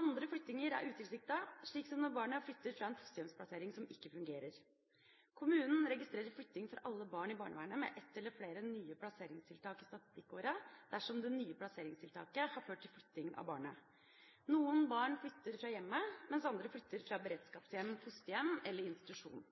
andre flyttinger er utilsiktet, slik som når barnet flytter fra en fosterhjemsplassering som ikke fungerer. Kommunen registrerer flytting for alle barn i barnevernet med ett eller flere nye plasseringstiltak i statistikkåret, dersom det nye plasseringstiltaket har ført til flytting av barnet. Noen barn flytter fra hjemmet, mens andre flytter fra beredskapshjem, fosterhjem eller institusjon.